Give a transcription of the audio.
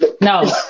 No